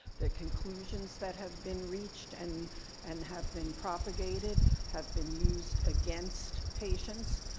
the conclusions that have been reached, and and have been propagated have been used against patients.